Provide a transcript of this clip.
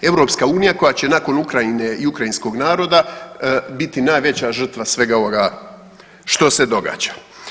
EU koja će nakon Ukrajine i ukrajinskog naroda biti najveća žrtva svega ovoga što se događa.